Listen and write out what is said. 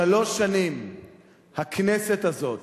שלוש שנים הכנסת הזאת,